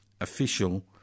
official